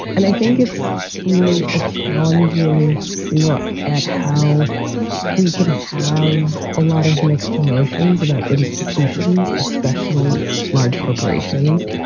and i think it's really a challenging look at how we can have a lot of mixed emotions about institutions, especially large corporations.